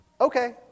okay